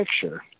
picture